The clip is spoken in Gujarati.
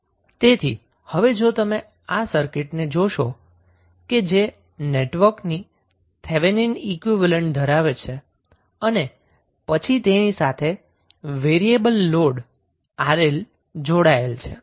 તેથી હવે જો તમે સર્કિટને જોશો કે જે નેટવર્ક ની થેવેનિન ઈક્વીવેલેન્ટ ધરાવે છે અને પછી તેની સાથે વેરીએબલ લોડ 𝑅𝐿 જોડાયેલ છે